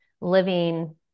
living